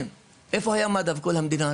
איפה היה מד"א וכל המדינה?